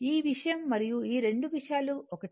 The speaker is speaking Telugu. ఈ విషయం మరియు ఈ రెండు విషయాలు ఒకటే